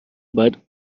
باید